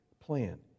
plan